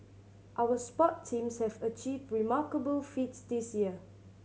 our sport teams have achieved remarkable feats this year